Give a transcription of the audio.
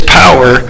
power